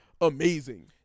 amazing